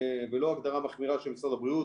ולא הגדרה מחמירה של משרד הבריאות,